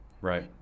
Right